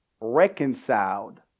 reconciled